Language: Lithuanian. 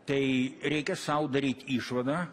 tai reikia sau daryt išvadą